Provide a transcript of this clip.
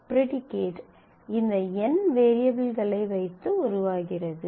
predicate இந்த n வேரியபிள்களை வைத்து உருவாகிறது